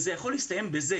זה יכול להסתיים בזה,